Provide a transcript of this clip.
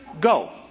go